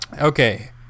okay